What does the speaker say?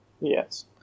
Yes